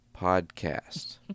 podcast